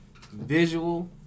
visual